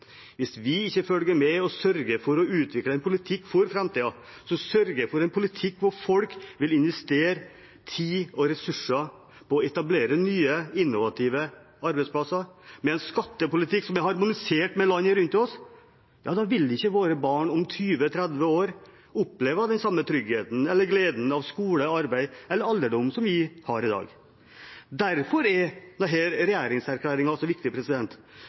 Hvis vi ikke følger med og sørger for å utvikle en politikk for framtiden, sørger for en politikk som gjør at folk vil investere tid og ressurser og etablere nye, innovative arbeidsplasser, med en skattepolitikk som er harmonisert med land rundt oss, ja, da vil ikke våre barn om 20–30 år oppleve den samme tryggheten – eller gleden – ved skole, arbeid eller alderdom som vi gjør i dag. Derfor er denne regjeringserklæringen så viktig,